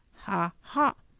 ha, ha!